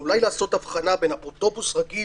או אולי לעשות הבחנה בין אפוטרופוס רגיל